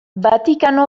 vatikano